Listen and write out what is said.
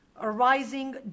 arising